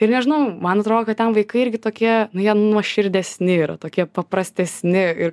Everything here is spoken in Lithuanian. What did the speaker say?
ir nežinau man atrodo kad ten vaikai irgi tokie nu jie nuoširdesni yra tokie paprastesni ir